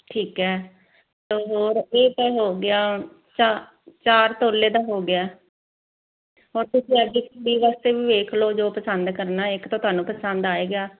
ਠੀਕ ਹ ਹੋਰ ਇਹ ਤਾਂ ਹੋ ਗਿਆ ਚਾਰ ਚਾ ਤੋਲੇ ਦਾ ਹੋ ਗਿਆ ਹੋਰ ਤੁਸੀਂ ਕੁੜੀ ਵਾਸਤੇ ਵੀ ਵੇਖ ਲਓ ਜੋ ਪਸੰਦ ਕਰਨਾ ਇੱਕ ਤਾਂ ਤੁਹਾਨੂੰ ਪਸੰਦ ਆਏਗਾ